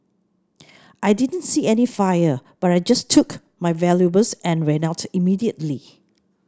I didn't see any fire but I just took my valuables and ran out immediately